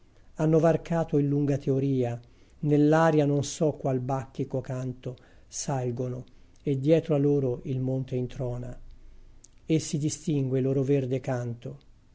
hanno varcato in lunga teoria nell'aria non so qual bacchico canto salgono e dietro a loro il monte introna e si distingue il loro verde canto